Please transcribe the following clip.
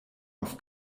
auf